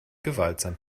gewaltsam